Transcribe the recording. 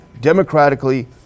democratically